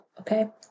Okay